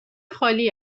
خالی